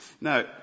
Now